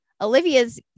Olivia's